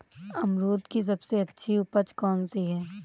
अमरूद की सबसे अच्छी उपज कौन सी है?